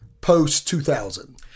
post-2000